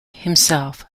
himself